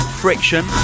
Friction